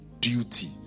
duty